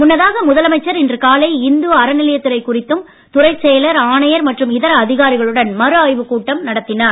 முன்னதாக முதலமைச்சர் இன்று காலை இந்து அறநிலையத் துறை குறித்தும் துறைச் செயலர் ஆணையர் மற்றும் இதர அதிகாரிகளுடன் மறு ஆய்வுக் கூட்டம் நடத்தினார்